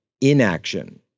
inaction